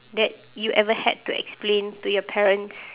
that you ever had to explain to your parents